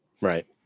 Right